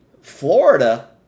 Florida